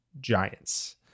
Giants